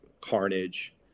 carnage